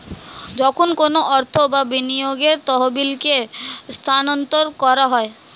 যখন কোনো অর্থ বা বিনিয়োগের তহবিলকে স্থানান্তর করা হয়